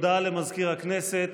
הודעה למזכיר הכנסת.